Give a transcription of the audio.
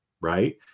right